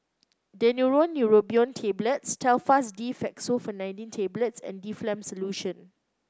Daneuron Neurobion Tablets Telfast D Fexofenadine Tablets and Difflam Solution